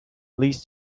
leads